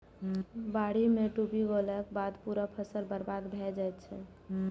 बाढ़ि मे डूबि गेलाक बाद पूरा फसल बर्बाद भए जाइ छै